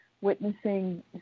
witnessing